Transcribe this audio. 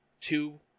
two